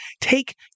take